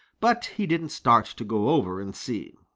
but he didn't start to go over and see.